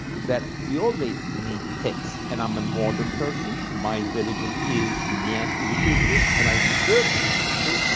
that we always need texts and i'm a modern person, my religion is in the end literature, and i refer to literature,